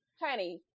honey